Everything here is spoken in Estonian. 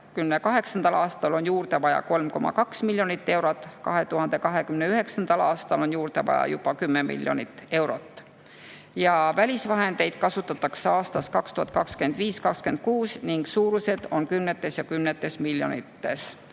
2028. aastal on juurde vaja 3,2 miljonit eurot, 2029. aastal on juurde vaja juba 10 miljonit eurot. Välisvahendeid kasutatakse aastail 2025 ja 2026, summade suurused on kümnetes ja kümnetes miljonites.